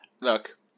look